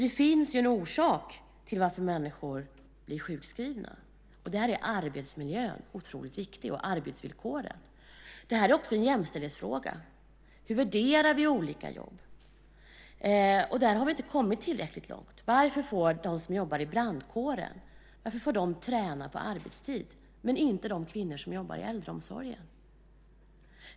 Det finns en orsak till att människor blir sjukskrivna. Där är arbetsmiljön och arbetsvillkoren otroligt viktiga. Det här är också en jämställdhetsfråga. Hur värderar vi olika jobb? Där har vi inte kommit tillräckligt långt. Varför får de som jobbar i brandkåren träna på arbetstid, men inte de kvinnor som jobbar i äldreomsorgen?